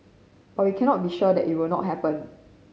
but we cannot be sure that it will not happen